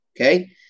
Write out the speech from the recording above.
Okay